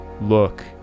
look